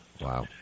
Wow